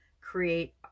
create